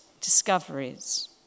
discoveries